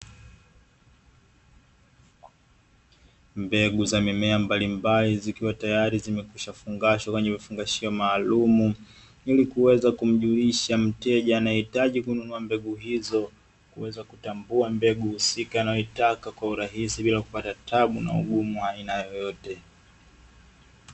Mbegu za mimea mbalimbali zikiwa tayari zimekwisha fungashwa kwenye vifungashio maalumu, ili kuweza kumjulisha mteja anayehitaji kununua mbegu hizo, kuweza kutambua mbegu husika anayoitaka kwa urahisi bila kupata tabu na ugumu wa aina yoyote.